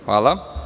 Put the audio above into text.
Hvala.